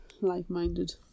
like-minded